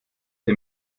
der